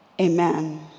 Amen